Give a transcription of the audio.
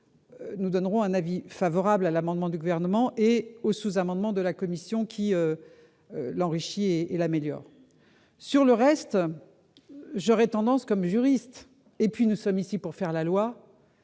nous donnerons un avis favorable à l'amendement du Gouvernement et au sous-amendement de la commission, qui l'enrichit et l'améliore. S'agissant du reste, en tant que juriste, et puisque nous sommes ici pour faire la loi,